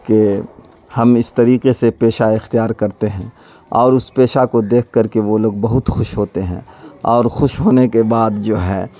کہ ہم اس طریقے سے پیشہ اختیار کرتے ہیں اور اس پیشہ کو دیکھ کر کے وہ لوگ بہت خوش ہوتے ہیں اور خوش ہونے کے بعد جو ہے